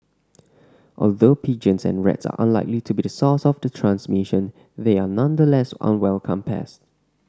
although pigeons and rats are unlikely to be the source of the transmission they are nonetheless unwelcome pests